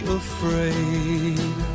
afraid